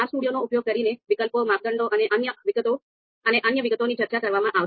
RStudio નો ઉપયોગ કરીને વિકલ્પો માપદંડો અને અન્ય વિગતોની ચર્ચા કરવામાં આવશે